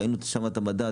ראינו שם את המדע,